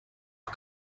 you